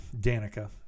Danica